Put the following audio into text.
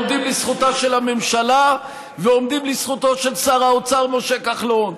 עומדים לזכותה של הממשלה ועומדים לזכותו של שר האוצר משה כחלון,